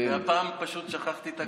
אני מוסיף את קולך.